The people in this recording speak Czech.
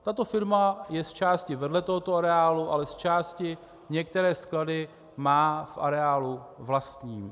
Tato firma je zčásti vedle tohoto areálu, ale zčásti některé sklady má v areálu vlastní.